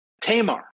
Tamar